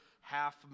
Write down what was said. half